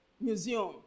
Museum